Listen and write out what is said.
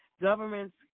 government's